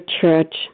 church